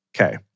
Okay